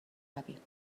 عقبیم